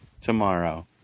tomorrow